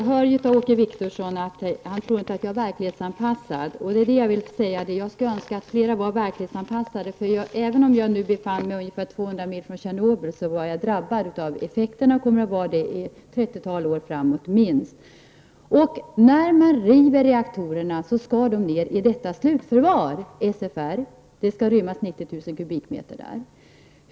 Herr talman! Åke Wictorsson tror inte att jag är verklighetsanpassad. Jag skulle önska att flera var verklighetsanpassade. Även om jag befann mig un gefär 200 mil från Tjernobylolyckan, blev jag drabbad av dess effekter och kommer att vara det i minst ett trettiotal år framöver. När man river reaktorerna skall de ner i slutförvaret, SFR, där det skall rymmas 90 000 m?.